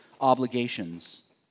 obligations